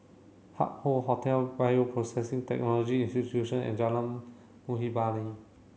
Hup Hoe Hotel Bioprocessing Technology Institution and Jalan Muhibbah